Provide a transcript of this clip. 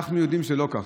אנחנו יודעים שזה לא ככה.